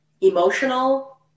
emotional